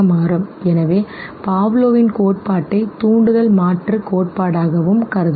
எனவே Pavlovவின் கோட்பாட்டை தூண்டுதல் மாற்றுக் கோட்பாடாகவும் கருதலாம்